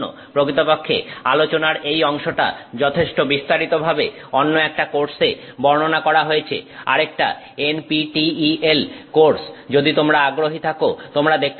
প্রকৃতপক্ষে আলোচনার এই অংশটা যথেষ্ট বিস্তারিতভাবে অন্য একটা কোর্সে বর্ণনা করা হয়েছে আরেকটা NPTEL কোর্স যদি তোমরা আগ্রহী থাকো তোমরা দেখতে পারো